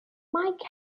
mike